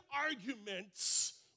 arguments